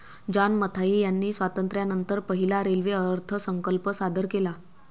John Mathai यांनी स्वातंत्र्यानंतर पहिला रेल्वे अर्थसंकल्प सादर केला